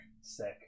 Sick